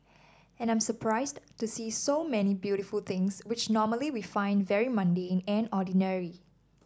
and I'm surprised to see so many beautiful things which normally we find very mundane and ordinary